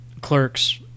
clerks